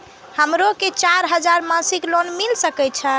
हमरो के चार हजार मासिक लोन मिल सके छे?